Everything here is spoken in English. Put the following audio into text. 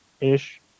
ish